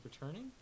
returning